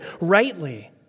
rightly